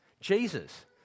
Jesus